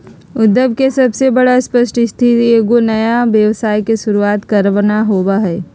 उद्यम के सबसे बड़ा स्पष्ट स्थिति एगो नया व्यवसाय के शुरूआत करना होबो हइ